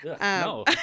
no